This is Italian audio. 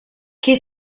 che